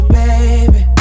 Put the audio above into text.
baby